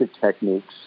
techniques